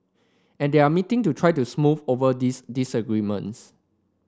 and they are meeting to try to smooth over these disagreements